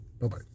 Bye-bye